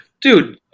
dude